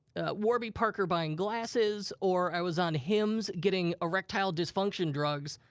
warby parker buying glasses or i was on hims getting erectile dysfunction drugs,